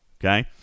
okay